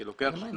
כי לוקח שנתיים